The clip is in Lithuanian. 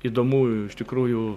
įdomu iš tikrųjų